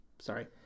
sorry